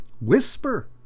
whisper